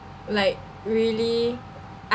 like really